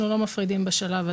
אנחנו לא מפרידים בשלב הזה.